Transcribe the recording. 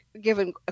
given